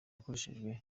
yakoreshejwe